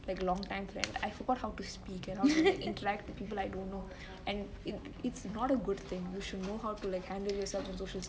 like long time friend I forgot how to speak and interact with people I don't know and it's not a good thing we should know how to handle ourselves in social situations